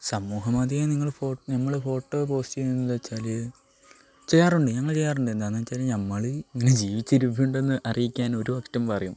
സമൂഹ മാധ്യമങ്ങൾ നിങ്ങൾ നിങ്ങൾ ഫോട്ടോ പോസ്റ്റ് ചെയ്യുന്നതെന്ന് വെച്ചാൽ ചെയ്യാറുണ്ട് ഞങ്ങള് ചെയ്യാറുണ്ട് എന്താന്ന് വെച്ചാല് ഞമ്മള് ഇങ്ങനെ ജീവിച്ചിരുപ്പുണ്ടെന്ന് അറിയിക്കാനൊരുക്റ്റം പറയും